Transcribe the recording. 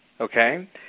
Okay